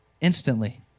instantly